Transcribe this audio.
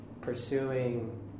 pursuing